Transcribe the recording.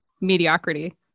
mediocrity